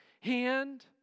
hand